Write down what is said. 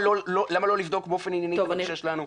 לא לבדוק באופן ענייני את הבקשה שלנו.